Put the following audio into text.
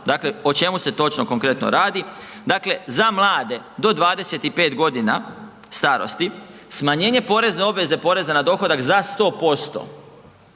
dakle o čemu se točno konkretno radi. Dakle, za mlade do 25.g. starosti smanjenje porezne obveze poreza na dohodak za 100%,